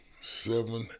seven